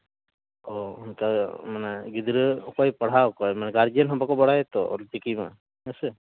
ᱚ ᱚᱱᱠᱟ ᱢᱟᱱᱮ ᱜᱤᱫᱽᱨᱟᱹ ᱚᱠᱚᱭ ᱯᱟᱲᱦᱟᱣ ᱠᱚᱣᱟ ᱢᱟᱱᱮ ᱜᱟᱨᱡᱮᱱ ᱦᱚᱸ ᱵᱟᱠᱚ ᱵᱟᱲᱟᱭᱟᱛᱚ ᱚᱞᱪᱤᱠᱤ ᱢᱟ ᱦᱮᱸᱥᱮ